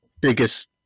biggest